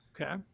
Okay